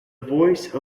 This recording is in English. voice